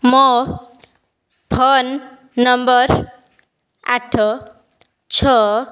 ମୋ phone number ଆଠ ଛଅ